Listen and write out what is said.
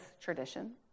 tradition